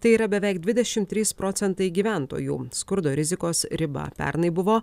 tai yra beveik dvidešimt trys procentai gyventojų skurdo rizikos riba pernai buvo